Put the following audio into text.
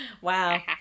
Wow